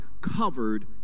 covered